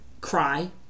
Cry